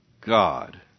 God